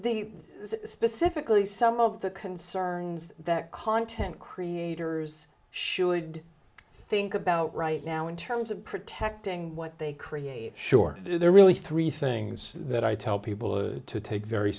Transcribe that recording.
they specifically some of the concerns that content creators should think about right now in terms of protecting what they create sure there are really three things that i tell people to take very